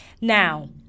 Now